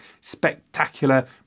spectacular